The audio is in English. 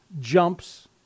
jumps